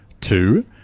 Two